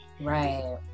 Right